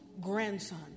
grandson